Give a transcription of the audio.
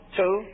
two